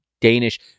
Danish